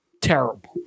Terrible